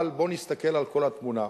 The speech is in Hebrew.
אבל בואו נסתכל על כל התמונה.